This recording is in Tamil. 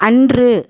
அன்று